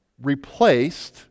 replaced